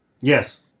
Yes